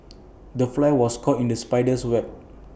the fly was caught in the spider's web